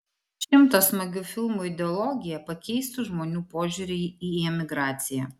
šimto smagių filmų ideologija pakeistų žmonių požiūrį į emigraciją